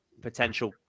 potential